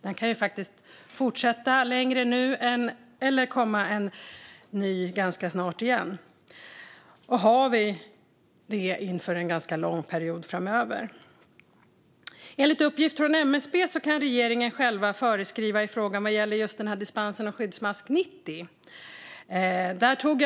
Den nuvarande kan fortsätta länge till, och det kan komma en ny ganska snart. Vi bör ha beredskap inför en ganska lång period framöver. Enligt uppgift från MSB kan regeringen själv föreskriva vad gäller dispens för Skyddsmask 90.